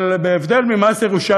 אבל בהבדל ממס ירושה,